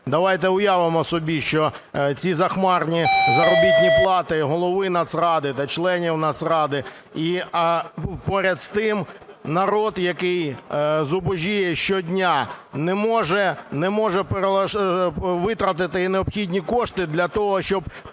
Давайте уявимо собі, що ці захмарні заробітні плати голови Нацради та членів Нацради і поряд з тим народ, який зубожіє щодня, не може витрати необхідні кошти для того, щоб